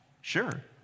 sure